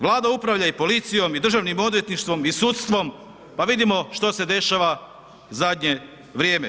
Vlada upravlja i policijom i Državnim odvjetništvom i sudstvom, pa vidimo što se dešava zadnje vrijeme.